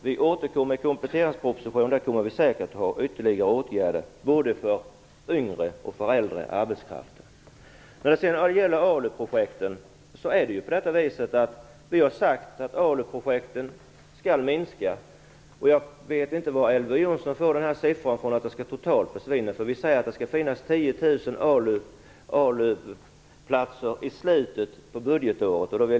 Vi återkommer i kompletteringspropositionen, och där kommer vi säkert att ha ytterligare åtgärder både för yngre och för äldre arbetskraft. Vi har sagt att ALU-projekten skall minska. Jag vet inte var Elver Jonsson fått uppgiften om att de skall försvinna totalt ifrån. Vi säger att det skall finnas 10 000 ALU-platser i slutet på budgetåret.